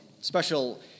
special